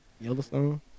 Yellowstone